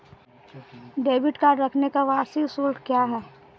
Debit card रखने का वार्षिक शुल्क क्या है?